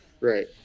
Right